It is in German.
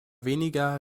weniger